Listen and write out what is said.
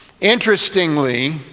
Interestingly